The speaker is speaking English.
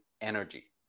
energy